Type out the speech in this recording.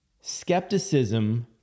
Skepticism